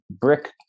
brick